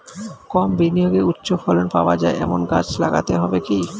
কম বিনিয়োগে উচ্চ ফলন পাওয়া যায় এমন গাছ লাগাতে হবে কি?